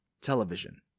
Television